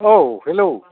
औ हेलौ